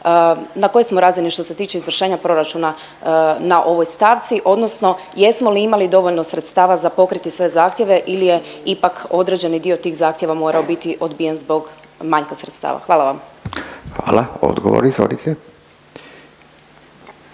na kojoj smo razini što se tiče izvršenja proračuna na ovoj stavci odnosno jesmo li imali dovoljno sredstava za pokriti sve zahtjeve ili je ipak određeni dio tih zahtjeva morao biti odbijen zbog manjka sredstava? Hvala vam. **Radin, Furio